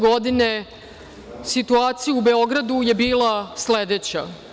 Godine 2014. situacija u Beogradu je bila sledeća.